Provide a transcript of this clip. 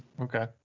Okay